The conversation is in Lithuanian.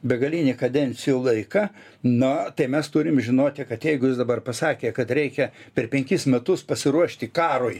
begalinį kadencijų laiką nu tai mes turim žinoti kad jeigu jis dabar pasakė kad reikia per penkis metus pasiruošti karui